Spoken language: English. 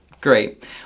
Great